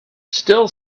still